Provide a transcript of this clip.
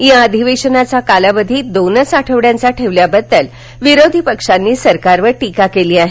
या अधिवेशनाचा कालावधी दोनच आठवड्यांचा ठेवल्याबद्दल विरोधी पक्षांनी सरकारवर टीका केली आहे